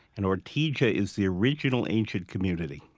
and ortygia is the original, ancient community.